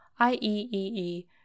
IEEE